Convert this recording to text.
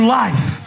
life